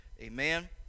Amen